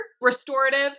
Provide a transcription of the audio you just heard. restorative